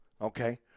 okay